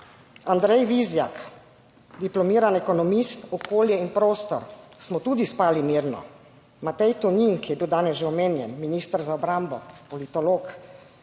Andrej Vizjak, diplomirani ekonomist, okolje in prostor, smo tudi spali mirno, Matej Tonin, ki je bil danes že omenjen, minister za obrambo, politolog,